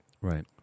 Right